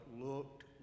looked